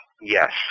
yes